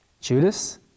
Judas